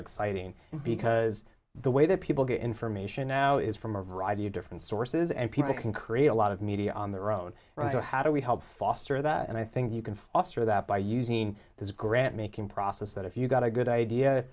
exciting because the way that people get information now is from a variety of different sources and people can create a lot of media on their own how do we help foster that and i think you can foster that by using this grant making process that if you got a good idea